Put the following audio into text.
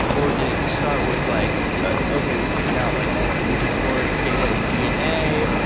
or did it start with like, ah okay. we figured out like we can store data in dna.